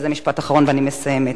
זה המשפט האחרון ואני מסיימת,